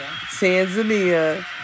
Tanzania